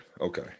Okay